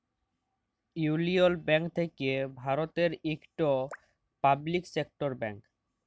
ইউলিয়ল ব্যাংক থ্যাকে ভারতের ইকট পাবলিক সেক্টর ব্যাংক